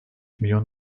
milyon